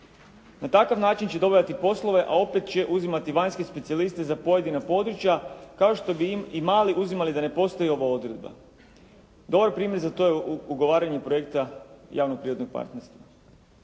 Na takav način će dobivati poslove, a opet će uzimati vanjske specijaliste za pojedina područja, kao što bi i mali uzimali da ne postoji ova odredba. Dobar primjer za to je ugovaranje projekta javnog privatnog partnerstva.